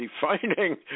defining